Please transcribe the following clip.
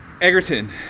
Egerton